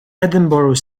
edinburgh